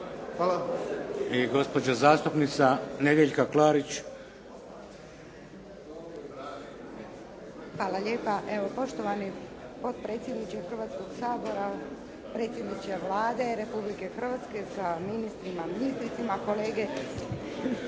Klarić. **Klarić, Nedjeljka (HDZ)** Hvala lijepa. Poštovani potpredsjedniče Hrvatskoga sabora, predsjedniče Vlade Republike Hrvatske sa ministrima, kolege.